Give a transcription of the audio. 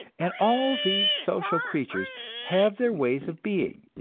and all these social creatures have their ways of being,